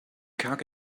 cock